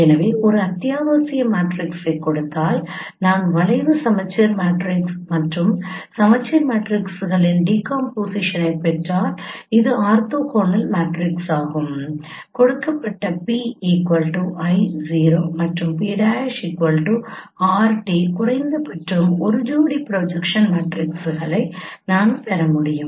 எனவே ஒரு அத்தியாவசிய மேட்ரிக்ஸைக் கொடுத்தால் நான் வளைவு சமச்சீர் மேட்ரிக்ஸ் மற்றும் சுழற்சி மேட்ரிக்ஸின் டீகாம்போசிஷனைப் பெற்றால் இது ஆர்த்தோகனல் மேட்ரிக்ஸ் ஆகும் கொடுக்கப்பட்ட P I | 0 மற்றும் P' R | t குறைந்தபட்சம் ஒரு ஜோடி ப்ரொஜெக்ஷன் மேட்ரிக்ஸ்களை நான் பெற முடியும்